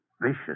Vicious